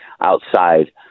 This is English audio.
outside